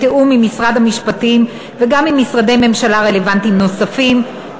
בתיאום עם משרד המשפטים ועם משרדי ממשלה רלוונטיים נוספים,